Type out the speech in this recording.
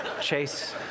Chase